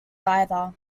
either